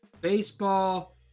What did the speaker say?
baseball